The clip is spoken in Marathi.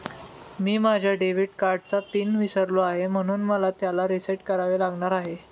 मी माझ्या डेबिट कार्डचा पिन विसरलो आहे म्हणून मला त्याला रीसेट करावे लागणार आहे